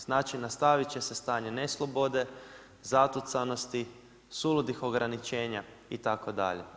Znači nastavit će se stanje ne slobode, zatucanosti, suludih ograničenja itd.